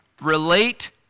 relate